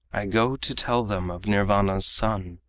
i go to tell them of nirvana's sun,